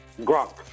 Gronk